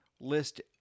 list